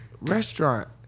restaurant